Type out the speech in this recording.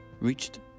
reached